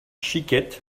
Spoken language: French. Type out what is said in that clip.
chiquette